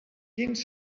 quins